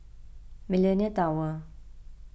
Millenia Tower